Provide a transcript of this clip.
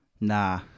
Nah